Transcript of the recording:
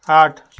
आठ